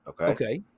Okay